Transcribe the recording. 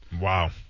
Wow